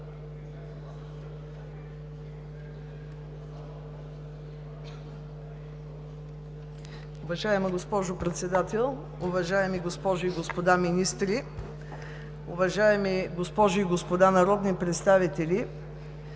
Уважаема госпожо Председател, уважаеми госпожи и господа министри, уважаеми дами и господа народни представители!